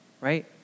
right